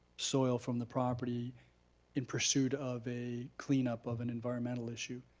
soil from the property in pursuit of a cleanup of an environmental issue.